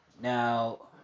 Now